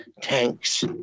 tanks